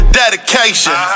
dedication